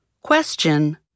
Question